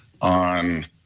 on